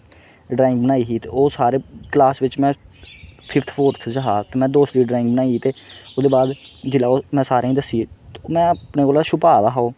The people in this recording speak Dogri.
ड्रांइग बनाई ही ते ओह् सारे क्लास बिच्च में फिफ्थ फोर्थ च हा में दोस्त दी ड्रांइग बनाई ते ओह्दे बाद जेल्लै में ओह् सारें गी दस्सी ओड़ी हून में अपने कोला छुपा दा हा ओह्